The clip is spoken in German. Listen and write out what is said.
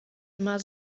immer